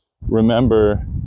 remember